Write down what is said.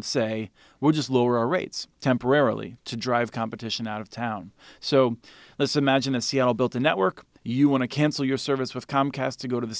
say we're just lower rates temporarily to drive competition out of town so let's imagine a c l built a network you want to cancel your service with comcast to go to the